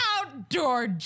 outdoor